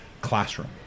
classroom